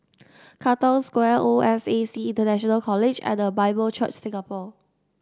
Katong Square O S A C International College and The Bible Church Singapore